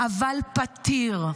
אבל פתיר.